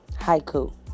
Haiku